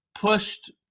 pushed